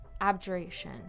Abjuration